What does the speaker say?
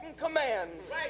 commands